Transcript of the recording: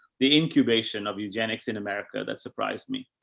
the incubation of eugenics in america that surprised me.